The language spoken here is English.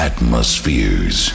Atmospheres